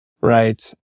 Right